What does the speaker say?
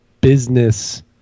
business